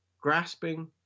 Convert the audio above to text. grasping